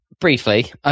briefly